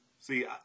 See